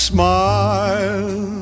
Smile